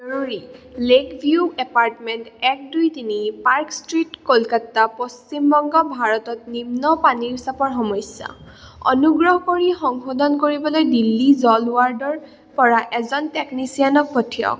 জৰুৰী Lakeview apartment এক দুই তিনি পাৰ্ক ষ্ট্ৰীট কলকাতা পশ্চিমবংগ ভাৰতত নিম্ন পানীৰ চাপৰ সমস্যা অনুগ্ৰহ কৰি সংশোধন কৰিবলৈ দিল্লী জল ব'ৰ্ডৰপৰা এজন টেকনিচিয়ানক পঠিয়াওক